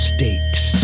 Stakes